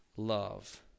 love